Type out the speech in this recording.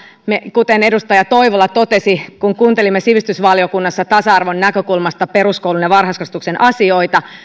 kuten edustaja toivola totesi niin kun kuuntelimme sivistysvaliokunnassa tasa arvon näkökulmasta peruskoulun ja varhaiskasvatuksen asioita